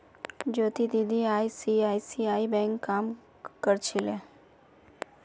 ज्योति दीदी आई.सी.आई.सी.आई बैंकत काम कर छिले